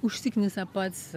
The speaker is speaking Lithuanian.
užsiknisa pats